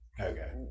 Okay